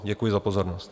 Děkuji za pozornost.